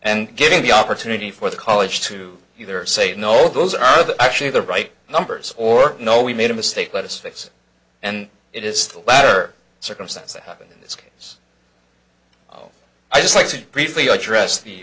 and giving the opportunity for the college to either say no those are the actually the right numbers or no we made a mistake let us fix and it is the latter circumstance that happened in this case i just like to briefly address the